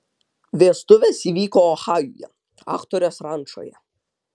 vestuvės įvyko ohajuje aktorės rančoje